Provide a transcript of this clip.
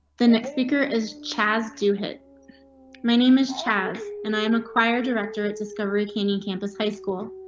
the next speaker is chaz, do hit my name is chaz and i am a choir director at discovery canyon campus high school.